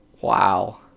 Wow